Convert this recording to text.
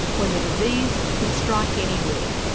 when the disease could strike anywhere.